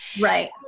Right